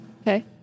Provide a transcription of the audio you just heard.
Okay